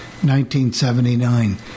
1979